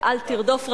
ואל תרדוף רבנים,